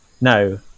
No